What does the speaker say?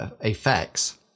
effects